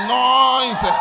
noise